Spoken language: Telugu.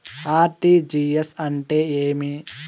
ఆర్.టి.జి.ఎస్ అంటే ఏమి